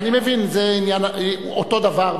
אני מבין, זה אותו דבר.